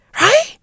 right